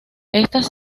estas